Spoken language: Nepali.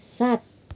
सात